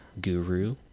guru